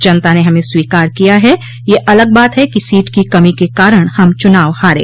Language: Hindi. जनता ने हमें स्वीकार किया है ये अलग बात है कि सीट की कमी के कारण हम चुनाव हारे